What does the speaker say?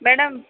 madam